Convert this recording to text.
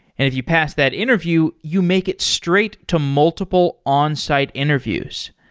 if you pass that interview, you make it straight to multiple on-site interviews.